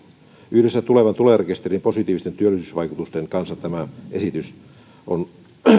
yhdessä tulevan tulorekisterin positiivisten työllisyysvaikutusten kanssa tämä esitys on